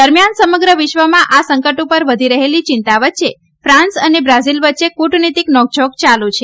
દરમિથાન સમગ્ર વિશ્વમાં આ સંકટ પર વધી રહેલી ચિંતા વય્યે ફ્રાંસ અને બ્રાઝીલ વચ્ચે કુટનિતિક નોંકઝોંક ચાલુ છે